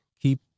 keep